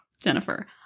Jennifer